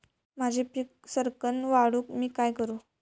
माझी पीक सराक्कन वाढूक मी काय करू?